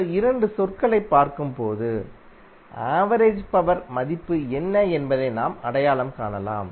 இந்த இரண்டு சொற்களைப் பார்க்கும்போது ஆவரேஜ் பவர் மதிப்பு என்ன என்பதை நாம் அடையாளம் காணலாம்